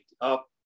up